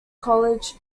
college